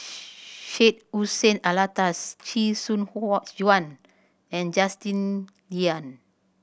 Syed Hussein Alatas Chee Soon Juan and Justin Lean